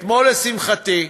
אתמול, לשמחתי,